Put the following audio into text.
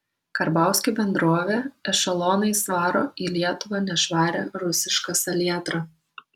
karbauskio bendrovė ešelonais varo į lietuvą nešvarią rusišką salietrą